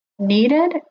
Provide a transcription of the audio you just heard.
needed